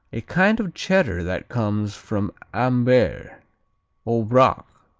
a kind of cheddar that comes from ambert, aubrac,